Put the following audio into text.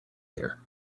year